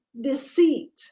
deceit